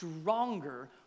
stronger